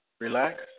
Relax